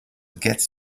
gets